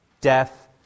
Death